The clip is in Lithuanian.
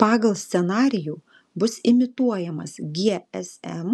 pagal scenarijų bus imituojamas gsm